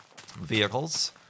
vehicles